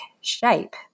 shape